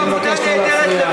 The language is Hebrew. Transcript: אני מבקש לא להפריע.